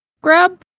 grab